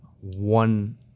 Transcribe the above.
one